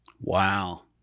Wow